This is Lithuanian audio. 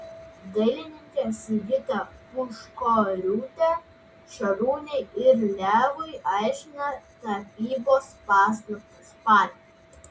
dailininkė sigita puškoriūtė šarūnei ir levui aiškina tapybos paslaptis parke